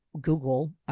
Google